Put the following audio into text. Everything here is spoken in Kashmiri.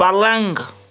پلنٛگ